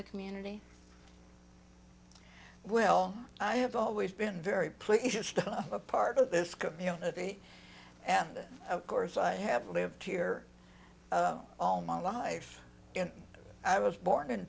the community well i have always been very pleased to stuff a part of this community and of course i have lived here all my life in i was born in